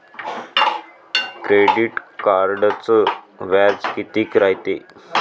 Credit कार्डचं व्याज कितीक रायते?